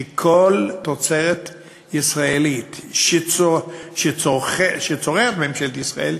שכל תוצרת ישראלית שצורכת ממשלת ישראל,